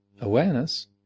awareness